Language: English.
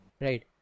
Right